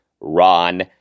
Ron